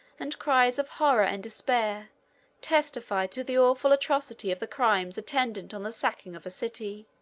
and cries of horror and despair testified to the awful atrocity of the crimes attendant on the sacking of a city.